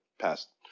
past